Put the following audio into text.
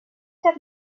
that